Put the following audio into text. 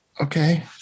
okay